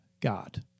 God